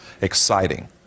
exciting